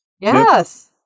Yes